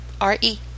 R-E